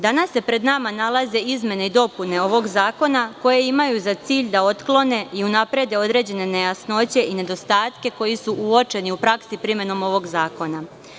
Danas se pred nama nalaze izmene i dopune ovog zakona, koje imaju za cilj da otklone i unaprede određene nejasnoće i nedostatke koji su uočeni u praksi primenom ovog zakona.